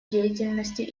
деятельности